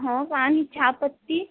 हो का आणि चहा पत्ती